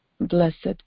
blessed